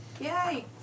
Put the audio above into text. Yay